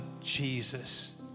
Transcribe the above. Jesus